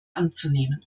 anzunehmen